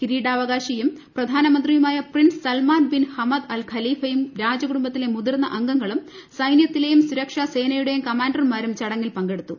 കിരീടാവകാശിയും പ്രധാനമന്ത്രിയുമായ prince Salman bin Hamad Al ഖലീഫയും രാജകുടുംബത്തിലെ മുതിർന്ന അംഗങ്ങളും സൈന്യത്തിലെയും സുരക്ഷാസേനയുടെയും കമാൻഡർമാരും ചടങ്ങിൽ പങ്കെടുത്തു